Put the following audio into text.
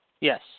Yes